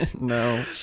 no